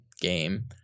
game